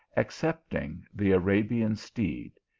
excepting the arabian steed.